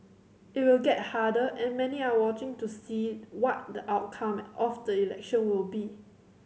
it will get harder and many are watching to see what the outcome of the election will be